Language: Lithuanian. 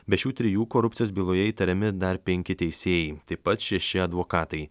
be šių trijų korupcijos byloje įtariami dar penki teisėjai taip pat šeši advokatai